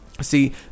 See